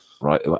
right